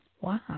Wow